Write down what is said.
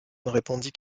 répondit